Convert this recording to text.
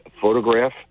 photograph